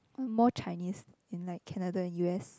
more Chinese in like Canata and u_s